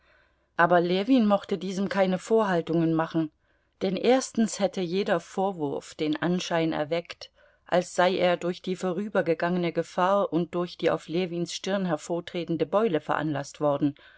aber ljewin mochte diesem keine vorhaltungen machen denn erstens hätte jeder vorwurf den anschein erweckt als sei er durch die vorübergegangene gefahr und durch die auf ljewins stirn hervortretende beule veranlaßt worden